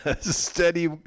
Steady